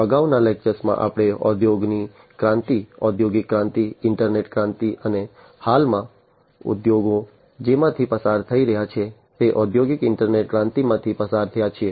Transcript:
અગાઉના લેક્ચર્સમાં આપણે ઉદ્યોગોની ક્રાંતિ ઔદ્યોગિક ક્રાંતિ ઇન્ટરનેટ ક્રાંતિ અને હાલમાં ઉદ્યોગો જેમાંથી પસાર થઈ રહ્યા છે તે ઔદ્યોગિક ઇન્ટરનેટ ક્રાંતિમાંથી પસાર થયા છીએ